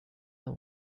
the